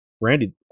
Randy